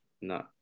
No